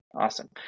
Awesome